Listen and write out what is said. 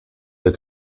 der